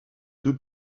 deux